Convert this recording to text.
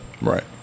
Right